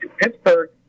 Pittsburgh